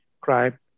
crime